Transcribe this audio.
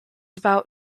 about